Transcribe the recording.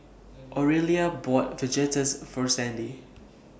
Aurelia bought Fajitas For Sandy